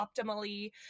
optimally